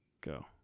Go